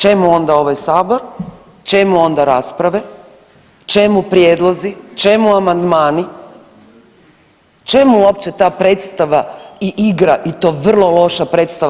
Čemu onda ovaj sabor, čemu onda rasprave, čemu prijedlozi, čemu amandmani, čemu uopće ta predstava i igra i to vrlo loša predstava?